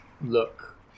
look